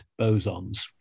bosons